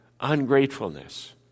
ungratefulness